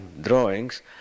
drawings